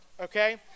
okay